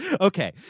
Okay